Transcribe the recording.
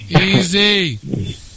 Easy